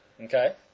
Okay